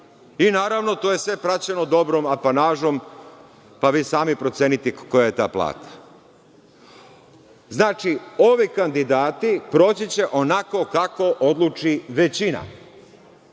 i naravno to je sve praćeno dobrom apanažom, pa vi sami proceniti koja je ta plata. Znači, ovi kandidati proći će onako kako odluči većina.